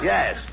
Yes